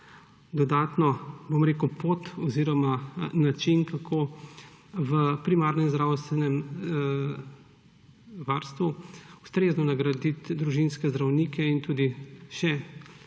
dodatno pot oziroma način, kako v primarnem zdravstvenem varstvu ustrezno nagraditi družinske zdravnike in še